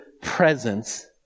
presence